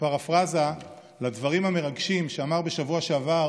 בפרפרזה לדברים המרגשים שאמר בשבוע שעבר